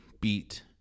beat